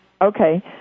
Okay